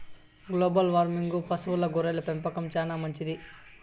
global వార్మింగ్కు పశువుల గొర్రెల పెంపకం చానా మంచిది